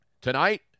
Tonight